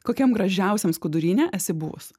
kokiam gražiausiam skuduryne esi buvus